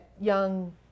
young